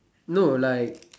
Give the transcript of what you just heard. no like